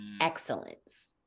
excellence